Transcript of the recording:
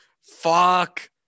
Fuck